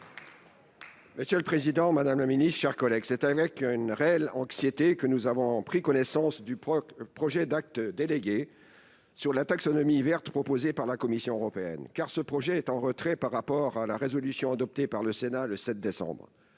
Daniel Gremillet, pour le groupe Les Républicains. C'est avec une réelle anxiété que nous avons pris connaissance du projet d'acte délégué sur la taxonomie verte proposé par la Commission européenne, car il est en retrait par rapport à la résolution adoptée par le Sénat le 7 décembre